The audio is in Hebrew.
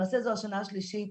למעשה זו השנה השלישית,